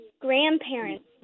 grandparents